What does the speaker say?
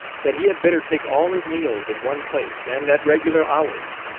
that he had better take all his meals in one place and at regular hours.